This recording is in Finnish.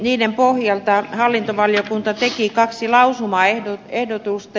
niiden pohjalta hallintovaliokunta teki kaksi lausumaehdotusta